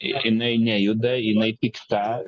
ir jinai nejuda jinai pikta